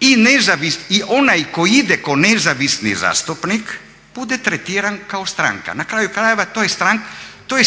i onaj koji ide ko nezavisni zastupnik bude tretiran kao stranka. Na kraju krajeva to